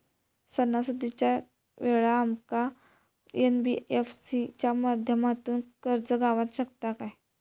सणासुदीच्या वेळा आमका एन.बी.एफ.सी च्या माध्यमातून कर्ज गावात शकता काय?